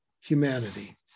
humanity